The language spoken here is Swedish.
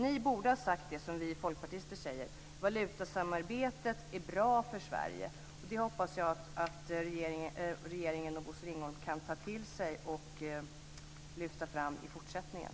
Ni borde ha sagt det som vi folkpartister säger: Valutasamarbetet är bra för Sverige. Jag hoppas att regeringen och Bosse Ringholm kan ta till sig det och lyfta fram det i fortsättningen.